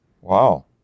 Wow